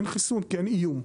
אין חיסון כי אין איום,